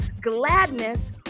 gladness